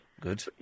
Good